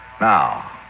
Now